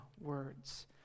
words